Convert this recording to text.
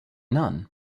nunn